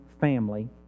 family